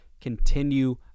Continue